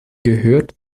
gehört